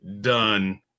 done